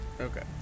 Okay